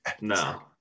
No